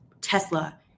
Tesla